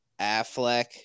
Affleck